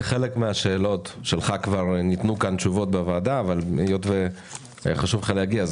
לחלק מהשאלות שלך כבר ניתנו תשובות בוועדה אבל היות והיה חשוב לך להגיע,